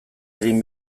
egin